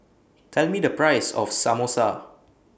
Tell Me The Price of Samosa